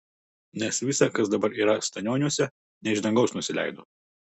nes visa kas dabar yra stanioniuose ne iš dangaus nusileido